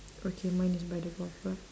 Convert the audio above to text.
okay mine is by the golf club